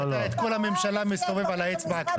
אתה את כל הממשלה מסובב על האצבע הקטנה.